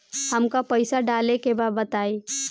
हमका पइसा डाले के बा बताई